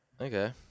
Okay